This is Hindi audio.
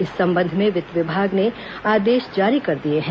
इस संबंध में वित्त विभाग ने आदेश जारी कर दिए हैं